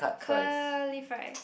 curly fries